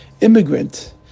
immigrant